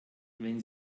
wenn